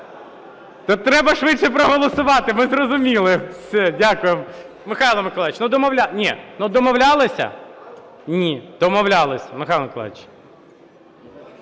То треба швидше проголосувати. Ми зрозуміли